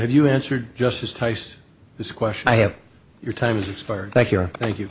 have you answered justice types this question i have your time's expired thank you thank you